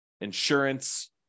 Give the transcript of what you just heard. insurance